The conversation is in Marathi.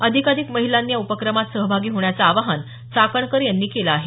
अधिकाधिक महिलांनी या उपक्रमात सहभागी होण्याचं आवाहन चाकणकर यांनी केलं आहे